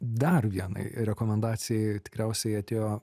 dar vienai rekomendacijai tikriausiai atėjo